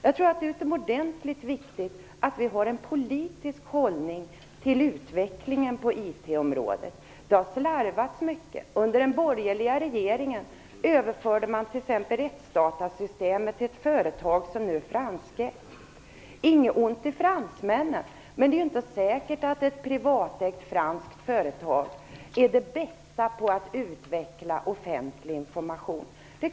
Jag tror att det är utomordentligt viktigt att vi har en politisk hållning till utvecklingen på IT-området. Det har slarvats mycket. Under den borgerliga regeringen överförde man t.ex. rättsdatasystemet till ett företag som nu är franskägt. Inget ont om fransmännen, men det är inte säkert att ett privatägt franskt företag är bäst på att utveckla offentlig information.